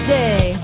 day